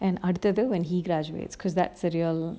and after though when he graduates cause that's the real